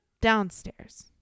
downstairs